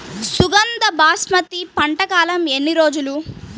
సుగంధ బాస్మతి పంట కాలం ఎన్ని రోజులు?